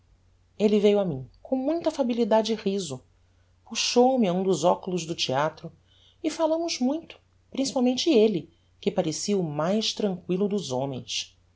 elle veiu a mim com muita affabilidade e riso puxou me a um dos oculos do theatro e falamos muito principalmente elle que parecia o mais tranquillo dos homens